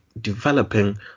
developing